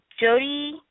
Jody